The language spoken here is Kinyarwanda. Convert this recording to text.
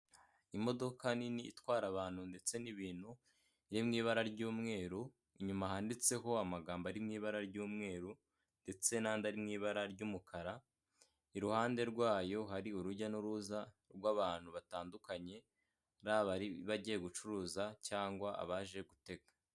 Imodoka nini itwara abantu ndetse n'ibintu biri mu ibara ry'umweru, inyuma handitseho amagambo ari mu ibara ry'umweru ndetse n'andi ari mu ibara ry'umukara. Iruhande rwayo hari urujya n'uruza rw'abantu batandukanye ari abari bagiye gucuruza cyangwa abaje gutega.